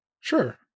Sure